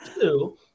two